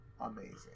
Amazing